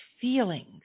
feelings